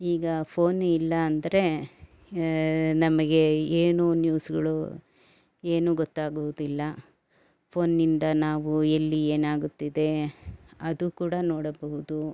ಈಗ ಫೋನೇ ಇಲ್ಲ ಅಂದರೆ ನಮಗೆ ಏನೂ ನ್ಯೂಸ್ಗಳು ಏನೂ ಗೊತ್ತಾಗುವುದಿಲ್ಲ ಫೋನ್ನಿಂದ ನಾವು ಎಲ್ಲಿ ಏನಾಗುತ್ತಿದೆ ಅದು ಕೂಡ ನೋಡಬಹುದು